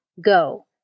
Go